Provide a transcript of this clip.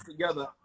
together